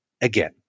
again